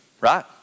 right